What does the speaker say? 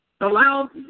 allow